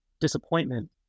disappointment